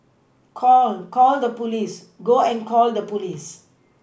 call call the police go and call the police